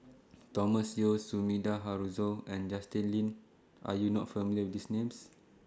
Thomas Yeo Sumida Haruzo and Justin Lean Are YOU not familiar with These Names